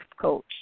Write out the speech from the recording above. coach